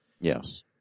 Yes